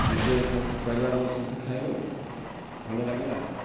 ଏମିତି ସମସ୍ତେ ପରିବାର ଯେଉଁ ସମସ୍ତେ ଖାଇଲୁ ଆଉ ଭଲଲାଗିଲା